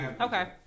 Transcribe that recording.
Okay